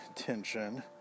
tension